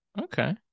Okay